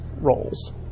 roles